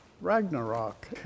Ragnarok